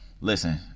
Listen